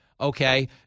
Okay